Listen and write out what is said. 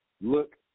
look